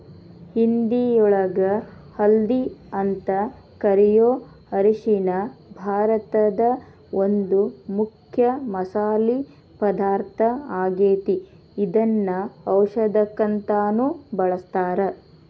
ಹಿಂದಿಯೊಳಗ ಹಲ್ದಿ ಅಂತ ಕರಿಯೋ ಅರಿಶಿನ ಭಾರತದ ಒಂದು ಮುಖ್ಯ ಮಸಾಲಿ ಪದಾರ್ಥ ಆಗೇತಿ, ಇದನ್ನ ಔಷದಕ್ಕಂತಾನು ಬಳಸ್ತಾರ